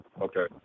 Okay